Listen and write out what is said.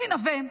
אפי נוה,